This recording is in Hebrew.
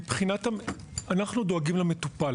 אנחנו דואגים למטופל.